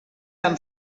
amb